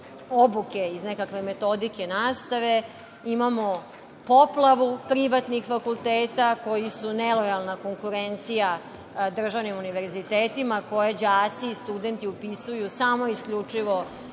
iz nekakve metodike nastave. Imamo poplavu privatnih fakulteta, koji su nelojalna konkurencija državnim univerzitetima, koje đaci i studenti upisuju samo isključivo